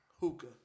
Hookah